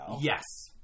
Yes